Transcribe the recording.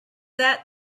that